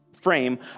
frame